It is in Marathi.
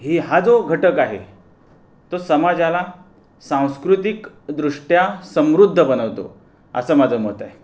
ही हा जो घटक आहे तो समाजाला सांस्कृतिक दृष्ट्या समृद्ध बनवतो असं माझं मत आहे